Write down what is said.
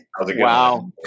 Wow